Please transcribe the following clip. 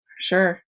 Sure